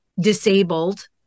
disabled